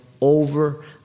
over